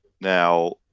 Now